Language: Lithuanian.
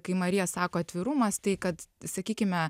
kai marija sako atvirumas tai kad sakykime